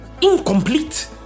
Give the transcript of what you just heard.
incomplete